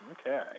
Okay